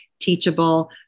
teachable